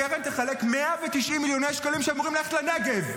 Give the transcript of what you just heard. הקרן תחלק 190 מיליוני שקלים שאמורים ללכת לנגב.